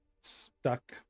stuck